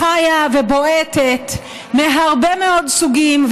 חיה ובועטת מהרבה מאוד סוגים,